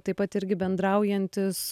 taip pat irgi bendraujantis